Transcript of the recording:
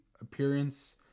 appearance